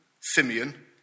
Simeon